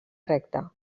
recta